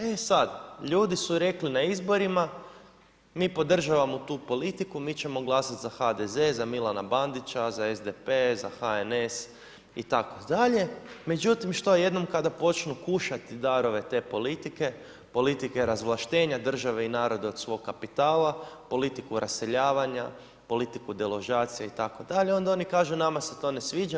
E sada ljudi su rekli na izborima mi podržavamo tu politiku, mi ćemo glasati za HDZ, za Milana Bandića, za SDP, za HNS itd., međutim jednom kada počnu kušati darove te politike, politike razvlaštenja države i naroda od svog kapitala, politiku raseljavanja, politiku deložacija itd. onda oni kažu nama se to sviđa.